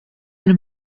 eine